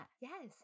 Yes